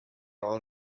all